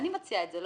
אני מציעה את זה.